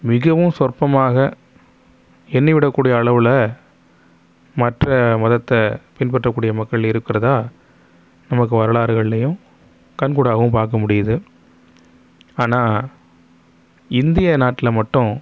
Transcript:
மிகவும் சொற்பமாக எண்ணி விடக் கூடிய அளவில் மற்ற மதத்தை பின்பற்றக் கூடிய மக்கள் இருக்கிறதா நமக்கு வரலாறுகள்லையும் கண்கூடாகவும் பார்க்க முடியுது ஆனால் இந்திய நாட்டில் மட்டும்